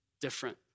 different